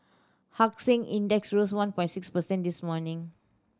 Hang Seng Index rose on point six percent this morning